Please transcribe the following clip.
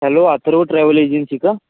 hello Atharva travel agency का